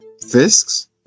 fisks